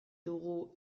dugu